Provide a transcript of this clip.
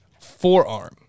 forearm